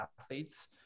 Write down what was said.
athletes